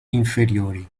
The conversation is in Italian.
inferiori